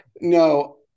no